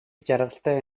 жаргалтай